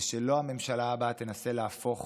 ולא שהממשלה הבאה תנסה להפוך